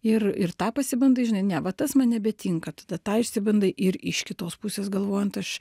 ir ir tą pasibandai žinai ne va tas man nebetinka tada tą išsibandai ir iš kitos pusės galvojant aš